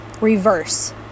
reverse